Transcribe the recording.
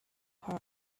her